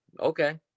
okay